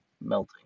melting